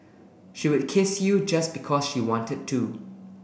she would kiss you just because she wanted to